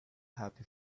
happy